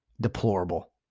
deplorable